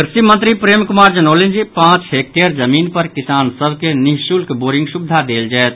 कृषि मंत्री प्रेम कुमार जनौलनि जे पांच हेक्टेयर जमीन पर किसान सभ के निःशुल्क बोरिंग सुविधा देल जायत